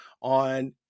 on